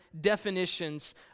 definitions